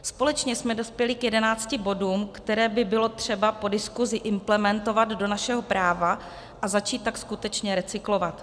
Společně jsme dospěli k 11 bodům, které by bylo třeba po diskusi implementovat do našeho práva, a začít tak skutečně recyklovat.